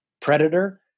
predator